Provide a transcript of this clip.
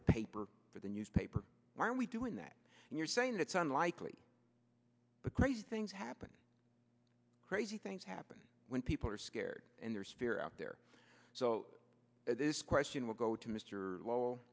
the paper for the newspaper why are we doing that and you're saying that's unlikely but crazy things happen crazy things happen when people are scared and there's fear out there so this question will go to mr low